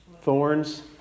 thorns